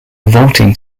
vaulting